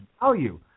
value